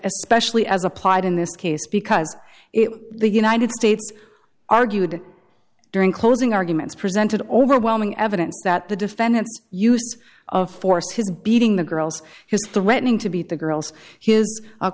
especially as applied in this case because the united states argued during closing arguments presented overwhelming evidence that the defendants use of force his beating the girls his threatening to beat the girls